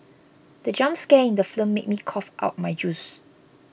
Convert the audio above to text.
the jump scare in the slim made me cough out my juice